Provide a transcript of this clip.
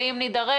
ואם יידרש,